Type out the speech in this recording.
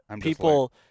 people